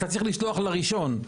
אתה צריך לשלוח לראשון: